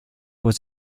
was